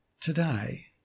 today